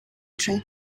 train